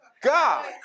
God